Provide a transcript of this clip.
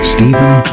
Stephen